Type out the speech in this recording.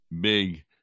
big